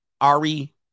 Ari